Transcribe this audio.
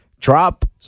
drop